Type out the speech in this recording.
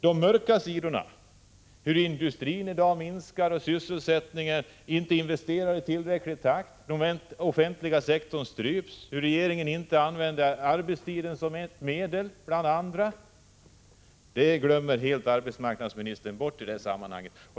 De mörka sidorna — där industrin gör indragningar och minskar sysselsättningen, inte investerar i tillräcklig takt, där den offentliga sektorn stryps, där regeringen inte använder arbetstider som ett medel bland andra — glömmer arbetsmarknadsministern helt bort i dessa sammanhang.